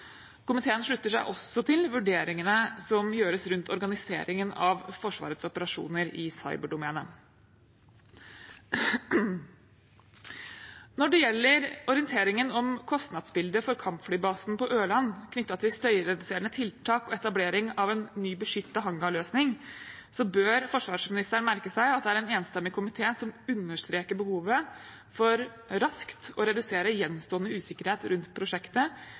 Komiteen slutter seg også til vurderingene som gjøres rundt organiseringen av Forsvarets operasjoner i cyberdomenet. Når det gjelder orienteringen om kostnadsbildet for kampflybasen på Ørland knyttet til støyreduserende tiltak og etablering av en ny beskyttet hangarløsning, bør forsvarsministeren merke seg at det er en enstemmig komité som understreker behovet for raskt å redusere gjenstående usikkerhet rundt prosjektet,